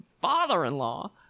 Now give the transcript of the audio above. father-in-law